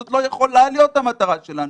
זו לא יכולה להיות המטרה שלנו.